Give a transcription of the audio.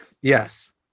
Yes